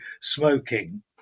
smoking